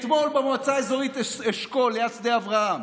אתמול במועצה האזורית אשכול, ליד שדה אברהם,